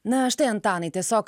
na štai antanai tiesiog